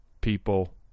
people